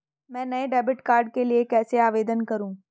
मैं नए debit card के लिए कैसे आवेदन करूं?